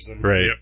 Right